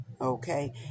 okay